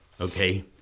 okay